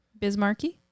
Bismarcky